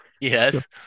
Yes